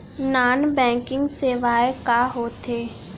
non banking सेवाएं का होथे